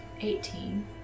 Eighteen